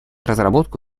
разработку